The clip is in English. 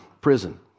prison